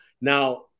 now